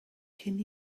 cyn